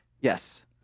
Yes